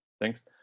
thanks